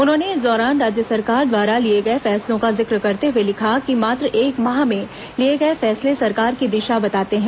उन्होंने इस दौरान राज्य सरकार द्वारा लिए गए फैसलों का जिक्र करते हुए लिखा कि मात्र एक माह में लिए गए फैसले सरकार की दिशा बताते हैं